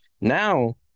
Now